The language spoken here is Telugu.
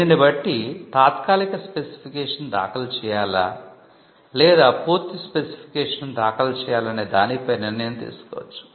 దీనిని బట్టి తాత్కాలిక స్పెసిఫికేషన్ దాఖలు చేయాలా లేదా పూర్తి స్పెసిఫికేషన్ను దాఖలు చేయాలా అనే దానిపై నిర్ణయం తీసుకోవచ్చు